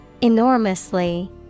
Enormously